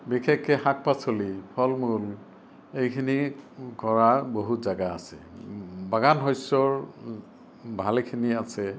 বিশেষকে শাক পাচলি ফল মূল এইখিনি কৰা বহুত জাগা আছে বাগান শস্যও ভালেখিনি আছে